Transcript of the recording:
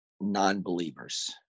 non-believers